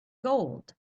gold